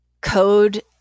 code